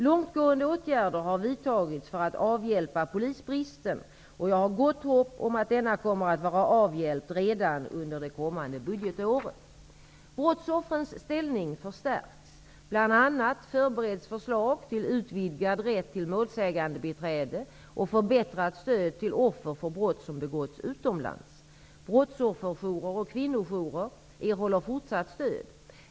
Långtgående åtgärder har vidtagits för att avhjälpa polisbristen, och jag har gott hopp om att denna kommer att vara avhjälpt redan under det kommande budgetåret. Brottsoffrens ställning förstärks, bl.a. förbereds förslag till utvidgad rätt till målsägandebiträde och förbättrat stöd till offer för brott som begåtts utomlands. Brottsofferjourer och kvinnojourer erhåller fortsatt stöd.